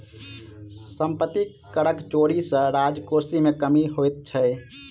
सम्पत्ति करक चोरी सॅ राजकोश मे कमी होइत छै